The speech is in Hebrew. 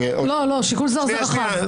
לא, שיקול זר זה רחב.